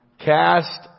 Cast